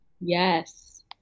Yes